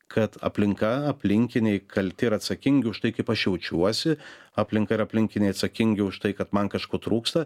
kad aplinka aplinkiniai kalti ir atsakingi už tai kaip aš jaučiuosi aplinka ir aplinkiniai atsakingi už tai kad man kažko trūksta